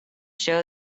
show